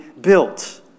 built